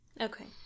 Okay